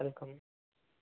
welcome